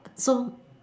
so